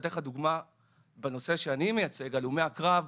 אני אתן לך דוגמה בנושא שאני מייצג, הלומי הקרב,